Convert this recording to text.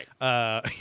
Right